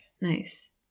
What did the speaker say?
Nice